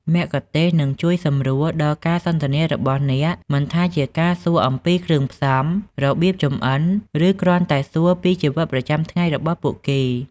មគ្គុទ្ទេសក៍នឹងជួយសម្រួលដល់ការសន្ទនារបស់អ្នក មិនថាជាការសួរអំពីគ្រឿងផ្សំ របៀបចម្អិន ឬគ្រាន់តែសួរពីជីវិតប្រចាំថ្ងៃរបស់ពួកគេ។